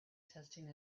testing